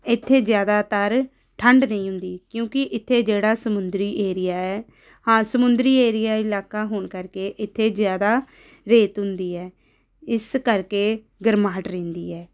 ਇੱਥੇ ਜ਼ਿਆਦਾਤਰ ਠੰਡ ਨਹੀਂ ਹੁੰਦੀ ਕਿਉਂਕਿ ਇੱਥੇ ਜਿਹੜਾ ਸਮੁੰਦਰੀ ਏਰੀਆ ਹੈ ਹਾਂ ਸਮੁੰਦਰੀ ਏਰੀਆ ਇਲਾਕਾ ਹੋਣ ਕਰਕੇ ਇੱਥੇ ਜ਼ਿਆਦਾ ਰੇਤ ਹੁੰਦੀ ਹੈ ਇਸ ਕਰਕੇ ਗਰਮਾਹਟ ਰਹਿੰਦੀ ਹੈ